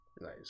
Nice